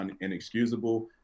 inexcusable